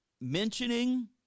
mentioning